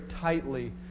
tightly